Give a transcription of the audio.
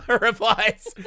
replies